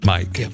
Mike